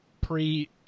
pre